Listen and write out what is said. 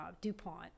DuPont